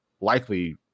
likely